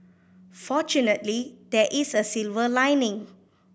fortunately there is a silver lining